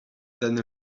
than